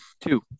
Two